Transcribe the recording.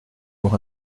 pour